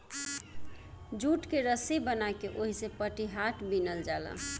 jute के रसी बना के ओहिसे पटिहाट बिनल जाला